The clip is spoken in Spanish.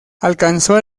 alcanzó